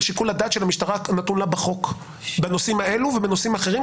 שיקול הדעת של המשטרה הנתון לה בחוק בנושאים האלו ובנושאים אחרים,